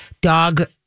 dog